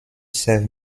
serve